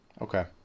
Okay